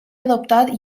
adoptat